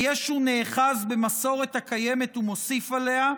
ויש שהוא נאחז במסורת הקיימת ומוסיף עליה,